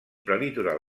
prelitoral